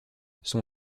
son